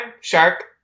shark